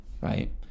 right